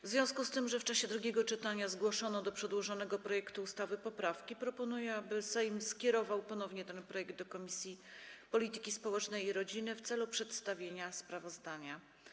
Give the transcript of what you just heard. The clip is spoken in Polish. W związku z tym, że w czasie drugiego czytania zgłoszono do przedłożonego projektu ustawy poprawki, proponuję, aby Sejm skierował ponownie ten projekt do Komisji Polityki Społecznej i Rodziny w celu przedstawienia sprawozdania.